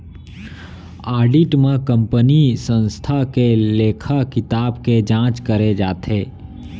audit म कंपनीय संस्था के लेखा किताब के जांच करे जाथे